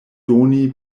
doni